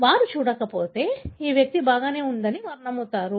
వారు చూడకపోతే ఈ వ్యక్తి బాగానే ఉన్నాడని వారు నమ్ముతారు